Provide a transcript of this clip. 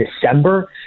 December